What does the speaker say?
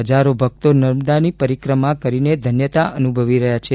હજારો ભક્તો નર્મદાની પરિક્રમા કરીને ધન્યતા અનુભવી રહ્યાં છે